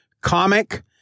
comic